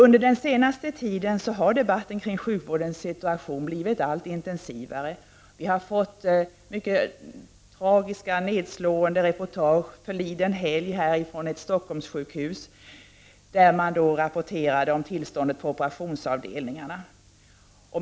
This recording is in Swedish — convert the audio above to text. Under den senaste tiden har debatten kring sjukvårdens situation blivit allt intensivare. Vi har fått mycket tragiska och nedslående reportage förliden helg från ett Stockholmssjukhus om tillståndet på operationsavdelningarna.